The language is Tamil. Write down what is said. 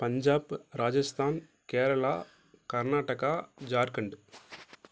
பஞ்சாப்பு ராஜஸ்தான் கேரளா கர்நாடகா ஜார்க்கண்ட்